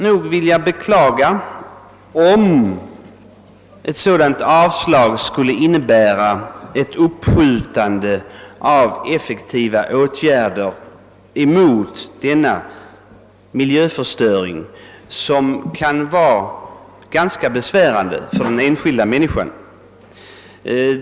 Jag skulle beklaga om detta avslagsyrkande på motionerna innebure ett uppskjutande av effektiva insatser för bekämpandet av denna miljöförstöring som kan vara ganska besvärande för den enskilda människan.